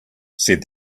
said